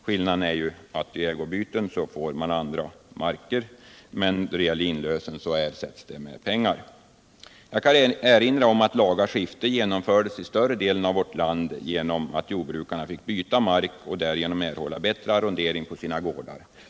Skillnaden är ju att vid ägobyten får man andra marker, men då det gäller inlösen ersätts det med pengar. Jag kan erinra om att laga skifte infördes i större delen av vårt land genom att jordbrukarna fick byta mark och därigenom erhålla bättre arrondering på sina gårdar.